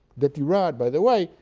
the tirade, by the way,